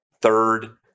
third